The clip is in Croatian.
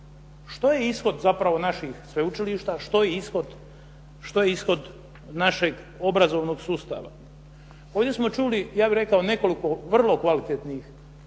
Što je ishod zapravo naših sveučilišta, što je ishod našeg obrazovnog sustava? Ovdje smo čuli, ja bih rekao nekoliko vrlo kvalitetnih